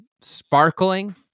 sparkling